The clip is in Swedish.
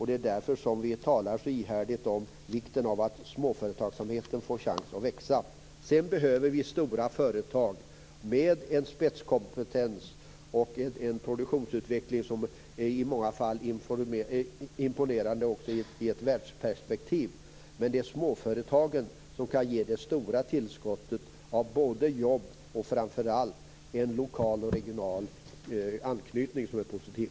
Det är därför som vi talar så ihärdigt om vikten av att småföretagsamheten får en chans att växa. Sedan behöver vi stora företag med en spetskompetens och en produktionsutveckling som i många fall är imponerande också i ett världsperspektiv. Men det är småföretagen som kan ge det stora tillskottet av jobb och som framför allt har en lokal och regional anknytning som är positiv.